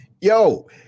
Yo